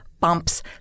bumps